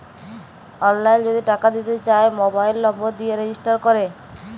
অললাইল যদি টাকা দিতে চায় মবাইল লম্বর দিয়ে রেজিস্টার ক্যরে